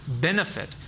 benefit